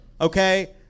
okay